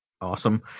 Awesome